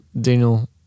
Daniel